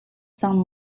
cang